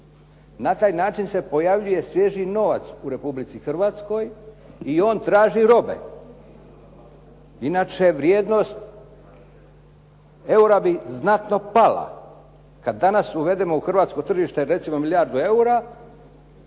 Na taj način se pojavljuje svježi novac u Republici Hrvatskoj i on traži robe. Inače vrijednost eura bi znatno pala. Kada danas uvedemo u hrvatsko tržište recimo milijardu eura